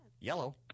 Yellow